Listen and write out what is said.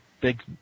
big